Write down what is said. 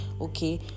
okay